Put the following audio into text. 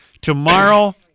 Tomorrow